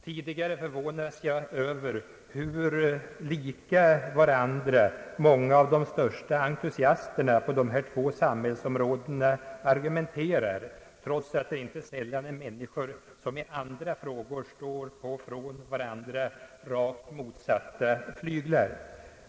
Tidigare förvånades jag över hur lika varandra många av de största entusiasterna på dessa två samhällsområden argumenterar, trots att det inte sällan är människor som i andra frågor står på varandra rakt motsatta flyglar.